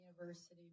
University